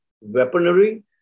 weaponry